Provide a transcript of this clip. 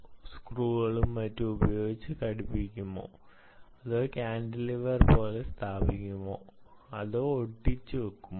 സ്ക്രൂകളും മറ്റും ഉപയോഗിച്ച് ഘടിപ്പിക്കുമോ അതോ കാന്റിലിവർ പോലെ സ്ഥാപിക്കുമോ അതോ ഒട്ടിക്കുമോ